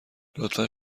لطفا